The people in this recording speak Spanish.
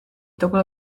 toco